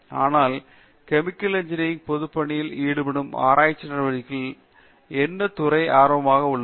ஆனால் chemical engineering ல் பொதுப்பணிகளில் ஈடுபடும் ஆராய்ச்சி நடவடிக்கைகளில் என்ன துறை ஆர்வமாக உள்ளது